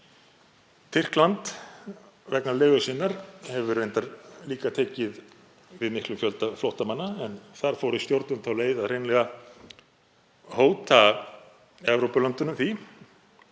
Tyrkland, vegna legu sinnar, hefur reyndar líka tekið við miklum fjölda flóttamanna en þar fóru stjórnvöld þá leið að hóta Evrópulöndunum því